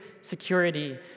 security